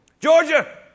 Georgia